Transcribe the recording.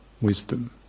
wisdom